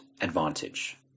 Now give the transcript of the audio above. advantage